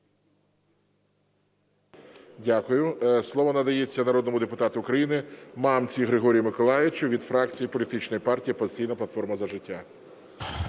Дякую. Слово надається народному депутату України Мамці Григорію Миколайовичу від фракції політичної партії "Опозиційна платформа – За життя".